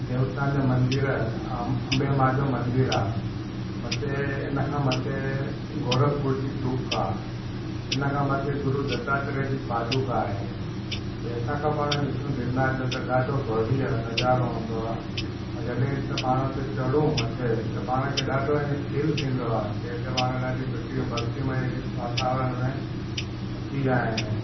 देवताउंनि जा मंदिर अ अम्बे मां जो मंदिर आहे मथे हिनखां मथे गोरखपुर जी टूक आहे हिनखां मथे गुरू दत्तात्रेय जी पादुका आहे हेठां खां पाण ॾिसूं गिरनार जो त ॾाढो भव्य नज़ारो हूंदो आहे जॾहिं की पाण हुते चढ़ूं मथे हुते त पाण खे ईंअ ॾाढो फील थींदो आहे की हिते ॾाढी सुठी भक्तीमय वातावरण में अची विया आहियूं